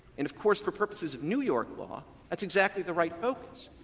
and of course for purposes of new york law that's exactly the right focus,